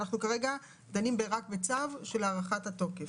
אנחנו כרגע דנים רק בצו ועל הארכת תוקפו.